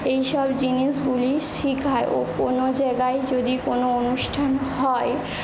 এইসব জিনিসগুলি শেখাই ও কোন জায়গায় যদি কোন অনুষ্ঠান হয়